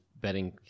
betting